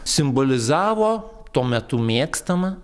simbolizavo tuo metu mėgstama